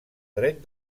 dret